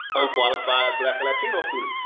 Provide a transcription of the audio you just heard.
unqualified black and latino students.